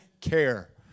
care